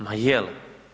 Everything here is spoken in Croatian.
Ma je li?